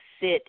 sit